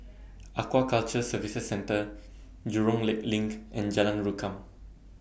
Aquaculture Services Centre Jurong Lake LINK and Jalan Rukam